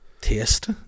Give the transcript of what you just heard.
taste